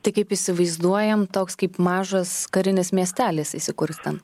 tai kaip įsivaizduojam toks kaip mažas karinis miestelis įsikurs ten